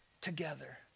together